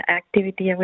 activity